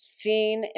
seen